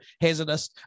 hazardous